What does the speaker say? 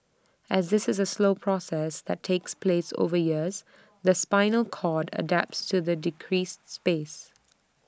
as this is A slow process that takes place over years the spinal cord adapts to the decreased space